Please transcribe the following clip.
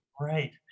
Right